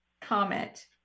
comment